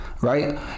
right